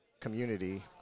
community